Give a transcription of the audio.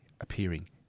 appearing